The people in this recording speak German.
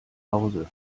hause